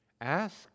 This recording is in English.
Ask